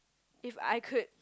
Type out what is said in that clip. if I could